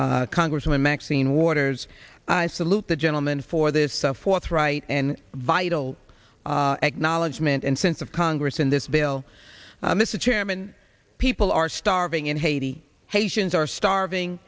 congresswoman maxine waters i salute the gentleman for this of forthright and vital acknowledgement and since of congress in this bill this is chairman people are starving in haiti haitians are starving